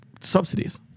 Subsidies